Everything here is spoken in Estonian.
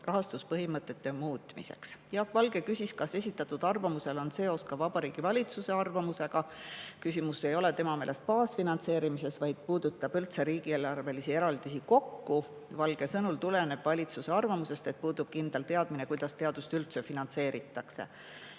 rahastuspõhimõtteid muuta. Jaak Valge küsis, kas esitatud arvamusel on seos Vabariigi Valitsuse arvamusega. Küsimus ei ole tema meelest baasfinantseerimises, vaid puudutab üldse riigieelarvelisi eraldisi kokku. Valge sõnul võib valitsuse arvamusest [järeldada], et puudub kindel teadmine, kuidas teadust üldse finantseeritakse.